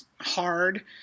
hard